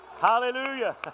Hallelujah